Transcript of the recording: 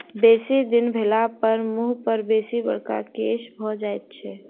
बेसी दिन भेलापर मुँह पर बेसी बड़का केश भ जाइत छै